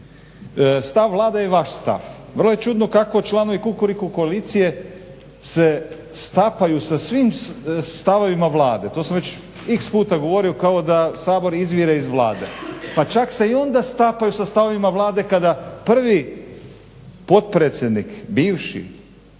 Stav Vlada je vaš stav. vrlo je čudno kako članovi Kukuriku koalicije se stapaju sa svim stavovima Vlade. To sam x puta govorio kao da Sabor izvire iz Vlada pa čak se i onda stapaju sa stavovima Vlade kada prvi bivši potpredsjednik ili